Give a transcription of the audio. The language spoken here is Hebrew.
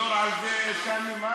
לחזור על זה, לא שמעתי.